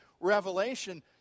revelation